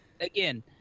again